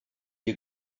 you